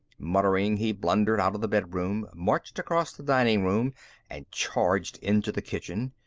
muttering, he blundered out of the bedroom, marched across the dining room and charged into the kitchen.